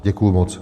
Děkuji moc.